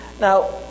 Now